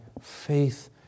faith